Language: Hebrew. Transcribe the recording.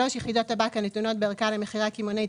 יחידות טבק הנתונות בערכה למכירה קמעונאית